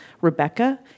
Rebecca